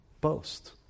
boast